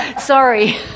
Sorry